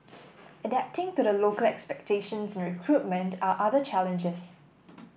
adapting to the local expectations and recruitment are other challenges